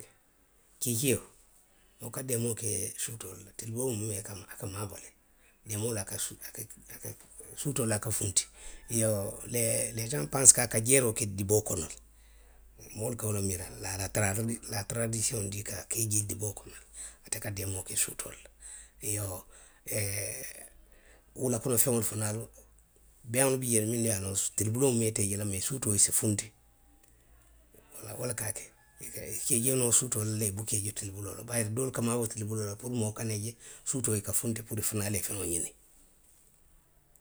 Kiikio wo ka deemoo ke suutoo le la. tiliboo muumee a ka maaboo le, deemoo, a ka, a ka, suutoo loŋ a ka funti. Iyoo le saŋ pansi ko a ka jeeroo ke diboo kono le. moolu ka wo le miira. Laa tara, la taradisiyoŋ dii ko a ka i je diboo kono le. ate ka deemoo ke suutoo le la iyoo wuloo kono feŋolu fanaalu, beeyayaŋolu bi jee le minnu ye a loŋ ko tilibuloo muumee i te i je la, bari suutoo i se funti. Wo le ka a ke; i ka i jeenoo suutoo le la, i buka i je tilibuloo la. bayiri doolu ka maaboo tilibuloo la puru moolu kana i je, suutoo i ka funti puru i fanaalu ye feŋolu ňiniŋ.,.